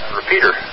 repeater